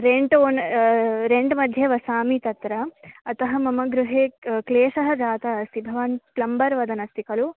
rent on रेण्ट्मध्ये वसामि तत्र अतः मम गृहे क्लेशः जातः अस्ति भवान् प्लम्बर् वदनस्ति खलु